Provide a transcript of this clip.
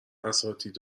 اساتید